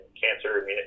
cancer